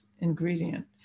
ingredient